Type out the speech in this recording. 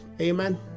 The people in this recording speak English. Amen